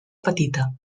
petita